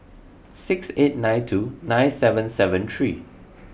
six eight nine two nine seven seven three